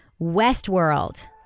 Westworld